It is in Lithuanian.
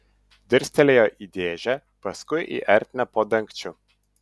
dirstelėjo į dėžę paskui į ertmę po dangčiu